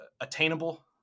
attainable